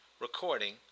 recording